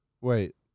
Wait